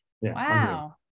Wow